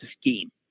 scheme